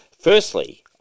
firstly